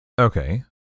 Okay